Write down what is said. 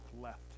left